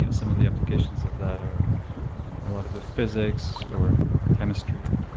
you know some of the applications of that are a lot of the physics or chemistry,